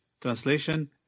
Translation